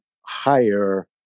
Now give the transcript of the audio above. higher